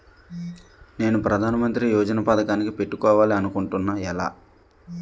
నేను ప్రధానమంత్రి యోజన పథకానికి పెట్టుకోవాలి అనుకుంటున్నా ఎలా?